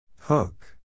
Hook